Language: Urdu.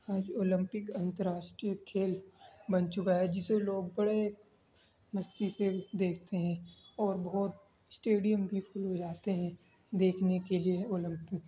آج اولمپک انتراشٹریہ کھیل بن چکا ہے جسے لوگ بڑے مستی سے دیکھتے ہیں اور بہت اسٹیڈیم بھی فل ہو جاتے ہیں دیکھنے کے لیے اولمپک